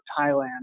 Thailand